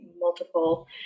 multiple